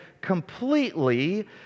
completely